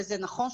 וזה נכון,